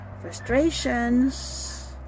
frustrations